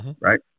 Right